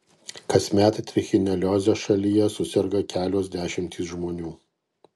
kasmet trichinelioze šalyje suserga kelios dešimtys žmonių